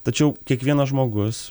tačiau kiekvienas žmogus